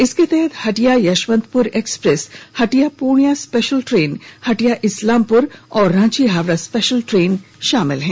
इसके तहत Hatia Yesvantpur express Hatia Purnia special train Hatia Islampur और रांची हावड़ा स्पेशल ट्रेन शामिल है